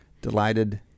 delighted